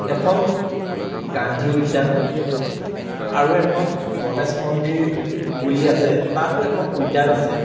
এখন গান্ধী উদ্যান আৰু এখন গণেশ মন্দিৰ বুলি আছে তাতো এখন উদ্যান আছে